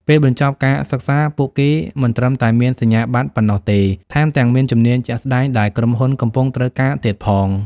ពេលបញ្ចប់ការសិក្សា ពួកគេមិនត្រឹមតែមានសញ្ញាបត្រប៉ុណ្ណោះទេ ថែមទាំងមានជំនាញជាក់ស្តែងដែលក្រុមហ៊ុនកំពុងត្រូវការទៀតផង។